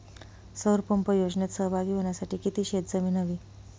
सौर पंप योजनेत सहभागी होण्यासाठी किती शेत जमीन हवी?